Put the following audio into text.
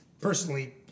Personally